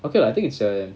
okay lah I think it's uh